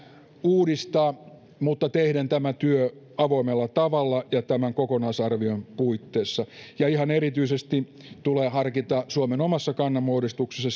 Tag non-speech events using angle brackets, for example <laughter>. uudistaa mutta tehden tämä työ avoimella tavalla ja tämän kokonaisarvion puitteissa ja ihan erityisesti tulee harkita suomen omassa kannanmuodostuksessa <unintelligible>